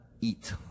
eat